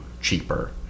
cheaper